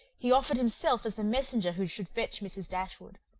he offered himself as the messenger who should fetch mrs. dashwood.